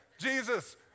Jesus